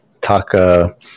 talk